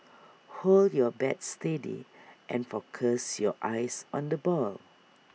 hold your bat steady and focus your eyes on the ball